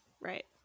right